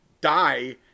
die